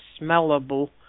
smellable